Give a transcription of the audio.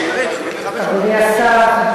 אדוני השר,